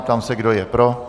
Ptám se, kdo je pro?